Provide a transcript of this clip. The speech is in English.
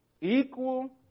equal